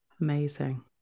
amazing